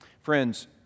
Friends